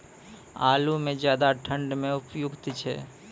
आलू म ज्यादा ठंड म उपयुक्त छै?